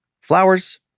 Flowers